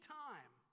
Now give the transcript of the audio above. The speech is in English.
time